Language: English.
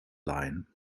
line